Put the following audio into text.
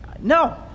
no